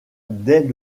dès